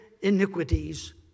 iniquities